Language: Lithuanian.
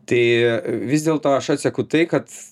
tai vis dėlto aš atseku tai kad